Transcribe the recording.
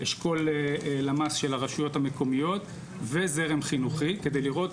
אשכול למ"ס של רשויות המקומיות וזרם חינוכי כדי לראות,